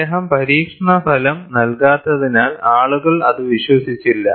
അദ്ദേഹം പരീക്ഷണ ഫലം നൽകാത്തതിനാൽ ആളുകൾ അത് വിശ്വസിച്ചില്ല